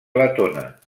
letona